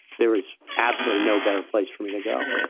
there is absolutely no better place for me to go.